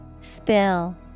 Spill